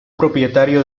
propietario